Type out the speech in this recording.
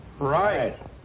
Right